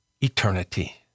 eternity